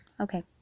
okay